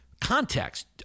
context